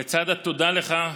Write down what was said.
לצד התודה לך,